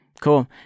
Cool